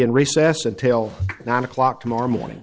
in recess until nine o'clock tomorrow morning